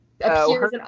Appears